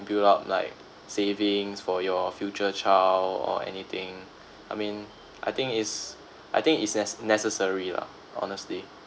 build up like savings for your future child or anything I mean I think it's I think it's nec~ necessary lah honestly